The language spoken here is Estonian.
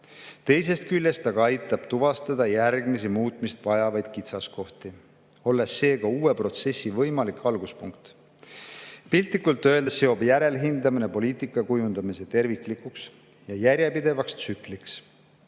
Teisest küljest aitab see tuvastada järgmisi [kõrvaldamist] vajavaid kitsaskohti, olles seega uue protsessi võimalik alguspunkt. Piltlikult öeldes seob järelhindamine poliitika kujundamise terviklikuks ja järjepidevaks tsükliks.